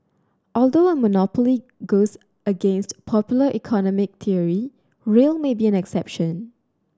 although a monopoly goes against popular economic theory rail may be an exception